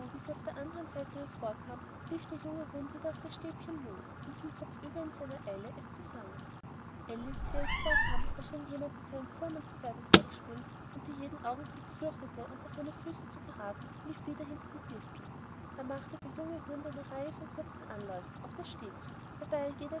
wie sie auf der andern seite hervorkam lief der junge hund wieder auf das stäbchen los und fiel kopfüber in seiner eile es zu fangen alice der es vorkam als wenn jemand mit einem fuhrmannspferde zeck spielt und die jeden augenblick fürchtete unter seine füße zu gerathen lief wieder hinter die distel da machte der junge hund eine reihe von kurzen anläufen auf das stäbchen wobei er